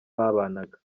babanaga